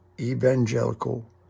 evangelical